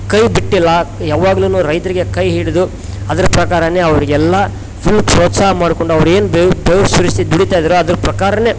ಕೈ ಬಿಟ್ಟಿಲ್ಲ ಯಾವಗ್ಲು ರೈತರಿಗೆ ಕೈ ಹಿಡಿದು ಅದ್ರ ಪ್ರಕಾರನೆ ಅವರಿಗೆಲ್ಲ ಫುಲ್ ಪ್ರೋತ್ಸಾಹ ಮಾಡ್ಕೊಂಡು ಅವ್ರು ಏನು ಬೆವ ಬೆವ್ರು ಸುರಿಸಿ ದುಡಿತಾ ಇದ್ದಾರೊ ಅದ್ರ ಪ್ರಕಾರನೆ